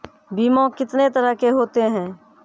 बीमा कितने तरह के होते हैं?